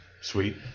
Sweet